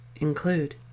include